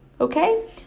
okay